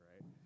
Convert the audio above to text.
right